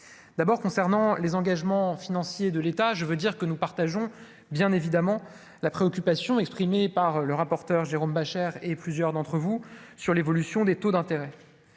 d'abord, concernant les engagements financiers de l'État, je veux dire que nous partageons bien évidemment la préoccupation exprimée par le rapporteur, Jérôme Bascher et plusieurs d'entre vous, sur l'évolution des taux d'intérêt,